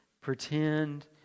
pretend